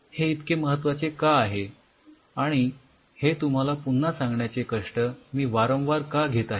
हे इतके महत्वाचे का आहे आणि हे तुम्हाला पुन्हा सांगण्याचे कष्ट मी वारंवार का घेत आहे